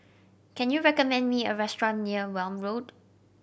can you recommend me a restaurant near Welm Road